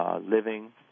Living